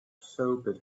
sobered